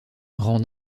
rend